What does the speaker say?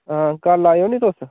हां कल आएओ नी तुस